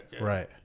Right